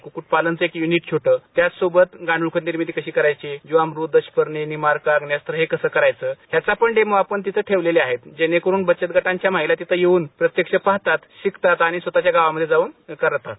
कुक्कुटपालनचं एक यूनिट छोट त्याचसोबत गांडळखत निर्मिती कशी करायची जीवामृत दशपर्णी हे कसं करायचं याचा पण डेमो आपण तिथे ठेवलेला आहेत जेणेकरून बचत गटांच्या महिला तेथे येऊन प्रत्यक्ष पाहतात शिकतात आणि स्वतःच्या गावामधे जाऊन करतात